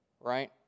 Right